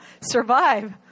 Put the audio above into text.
survive